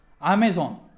Amazon